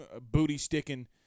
booty-sticking